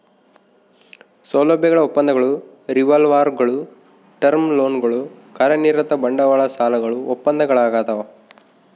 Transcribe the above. ಸೌಲಭ್ಯಗಳ ಒಪ್ಪಂದಗಳು ರಿವಾಲ್ವರ್ಗುಳು ಟರ್ಮ್ ಲೋನ್ಗಳು ಕಾರ್ಯನಿರತ ಬಂಡವಾಳ ಸಾಲಗಳು ಒಪ್ಪಂದಗಳದಾವ